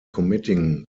committing